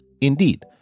Indeed